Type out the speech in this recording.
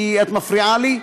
כי את מפריעה לי.